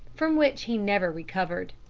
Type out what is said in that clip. from which he never recovered.